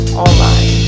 online